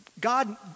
God